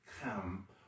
come